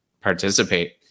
participate